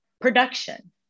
production